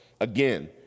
again